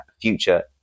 future